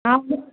हा ॿियो